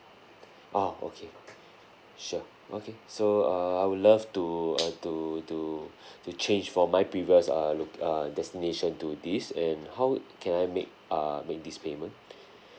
ah okay sure okay so err I would love to uh to to to change for my previous uh lo~ uh destination to this and how can I make uh make this payment